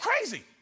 crazy